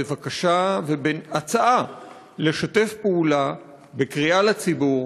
בבקשה ובהצעה לשתף פעולה בקריאה לציבור